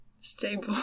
stable